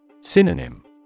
Synonym